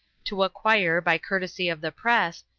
to acquire, by courtesy of the press,